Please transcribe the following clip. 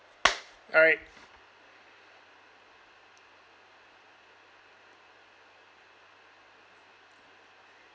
alright